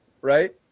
right